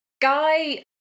guy